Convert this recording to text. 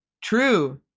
true